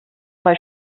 zwei